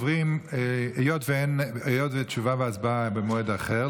היות שהתשובה וההצבעה במועד אחר,